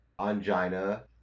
Angina